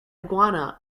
iguana